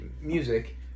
music